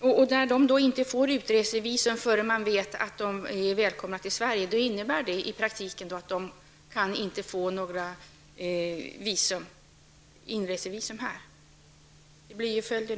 Herr talman! Om dessa ungdomar inte får utresevisum förrän de estniska myndigheterna vet att de är välkomna till Sverige, innebär detta i praktiken att de inte kan få något inresevisum till Sverige. Så blir ju följden.